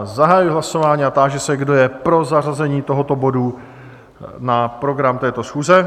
Zahajuji hlasování a táži se, kdo je pro zařazení tohoto bodu na program této schůze?